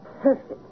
perfect